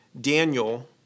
Daniel